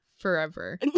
Forever